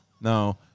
no